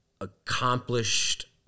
accomplished